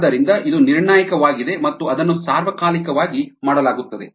ಆದ್ದರಿಂದ ಇದು ನಿರ್ಣಾಯಕವಾಗಿದೆ ಮತ್ತು ಅದನ್ನು ಸಾರ್ವಕಾಲಿಕವಾಗಿ ಮಾಡಲಾಗುತ್ತದೆ